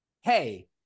hey